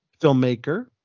filmmaker